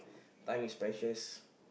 time is precious